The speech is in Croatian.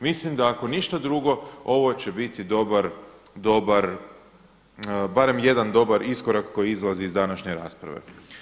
Mislim da ako ništa drugo ovo će biti dobar, barem jedan dobar iskorak koji izlazi iz današnje rasprave.